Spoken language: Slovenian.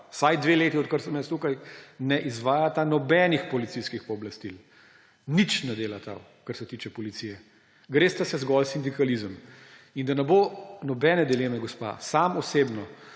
vsaj dve leti, odkar sem jaz tukaj, ne izvajata nobenih policijskih pooblastil. Nič ne delata, kar se tiče policije, gresta se zgolj sindikalizem. In da ne bo nobene dileme, gospa, sam osebno